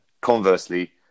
Conversely